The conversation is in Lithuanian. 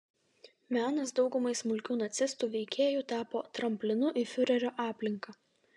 menas daugumai smulkių nacistų veikėjų tapo tramplinu į fiurerio aplinką